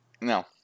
No